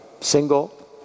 single